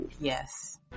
Yes